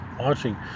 watching